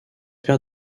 paire